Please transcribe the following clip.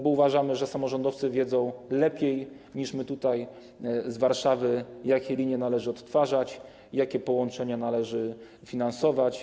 Bo uważamy, że samorządowcy wiedzą lepiej, niż my tutaj w Warszawie, jakie linie należy odtwarzać, jakie połączenia należy finansować.